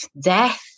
death